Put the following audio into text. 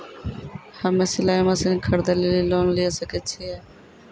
हम्मे सिलाई मसीन खरीदे लेली लोन लिये सकय छियै?